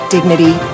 Dignity